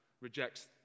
rejects